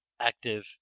active